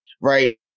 right